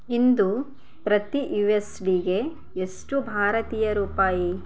ಇಂದು ಪ್ರತಿ U S ಬಿ ಗೆ ಎಷ್ಟು ಭಾರತೀಯ ರೂಪಾಯಿ